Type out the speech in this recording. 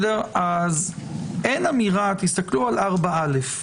אין אמירה תסכלו על סעיף 4(א)